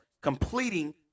completing